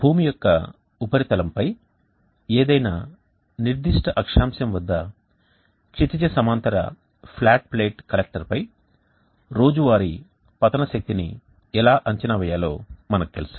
భూమి యొక్క ఉపరితలంపై ఏదైనా నిర్దిష్ట అక్షాంశం వద్ద క్షితిజ సమాంతర ఫ్లాట్ ప్లేట్ కలెక్టర్పై రోజువారీ పతన శక్తి ని ఎలా అంచనా వేయాలో మనకు తెలుసు